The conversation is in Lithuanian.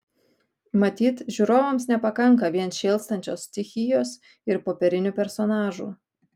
matyt žiūrovams nepakanka vien šėlstančios stichijos ir popierinių personažų